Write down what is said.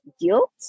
guilt